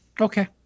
Okay